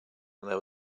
there